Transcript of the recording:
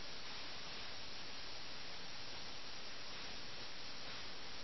നഗരം ഉപരോധിക്കപ്പെട്ടാൽ നമ്മൾ എങ്ങനെ വീട്ടിലേക്ക് പോകുമെന്ന് നിങ്ങൾ ചിന്തിച്ചിട്ടുണ്ടോ